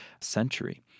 century